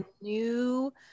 new